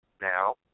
now